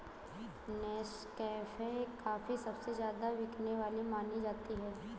Nescafe coffee सबसे ज्यादा बिकने वाली मानी जाती है